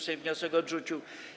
Sejm wniosek odrzucił.